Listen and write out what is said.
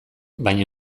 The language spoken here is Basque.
baina